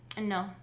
no